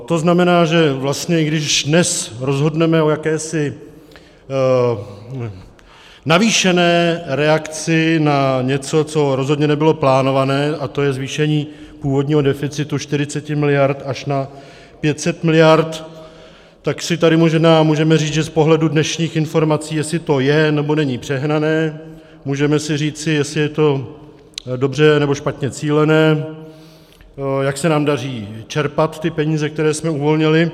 To znamená, že vlastně i když dnes rozhodneme o jakési navýšené reakci na něco, co rozhodně nebylo plánované, a to je zvýšení původního deficitu 40 mld. až na 500 mld., tak si tady možná můžeme říct, že z pohledu dnešních informací, jestli to je, nebo není přehnané, můžeme si říci, jestli je to dobře, nebo špatně cílené, jak se nám daří čerpat peníze, které jsme uvolnili.